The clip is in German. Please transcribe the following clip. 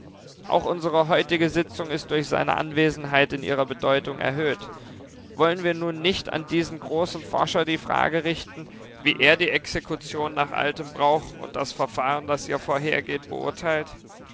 auch unsere heutige sitzung ist durch seine anwesenheit in ihrer bedeutung erhöht wollen wir nun nicht an diesen großen forscher die frage richten wie er die exekution nach altem brauch und das verfahren das ihr vorausgeht beurteilt